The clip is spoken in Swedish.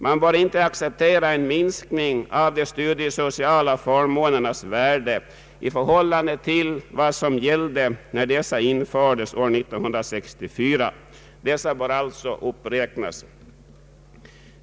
Man bör inte acceptera en minskning av de studiesociala förmånernas värde i förhållande till vad som gällde när de infördes år 1964. Dessa förmåner bör alltså uppräknas.